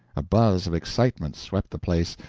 a buzz of excitement swept the place,